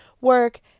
work